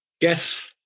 Guess